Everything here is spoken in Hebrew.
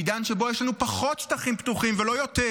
בעידן שבו יש לנו פחות שטחים פתוחים ולא יותר,